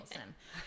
awesome